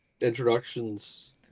introductions